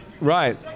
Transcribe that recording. Right